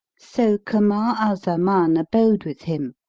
so kamar al-zaman abode with him,